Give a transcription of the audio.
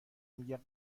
میگه